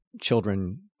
children